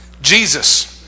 Jesus